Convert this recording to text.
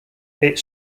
its